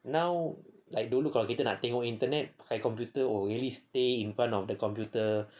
now like dulu kalau kita nak tengok internet pakai computer will really stay in front of the computer